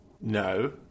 No